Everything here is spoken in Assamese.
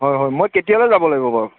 হয় হয় মই কেতিয়ালৈ যাব লাগিব বাৰু